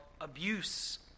abuse